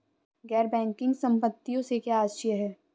गैर बैंकिंग संपत्तियों से क्या आशय है?